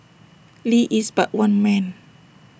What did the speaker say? lee is but one man